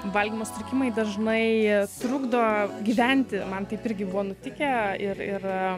valgymo sutrikimai dažnai jie trukdo gyventi man taip irgi buvo nutikę ir ir